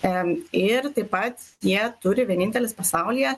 em ir taip pat jie turi vienintelis pasaulyje